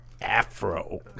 Afro